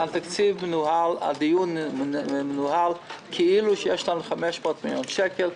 אין תקציב הדיון נוהל כאילו יש לנו 500 מיליון שקל.